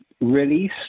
release